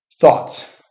thoughts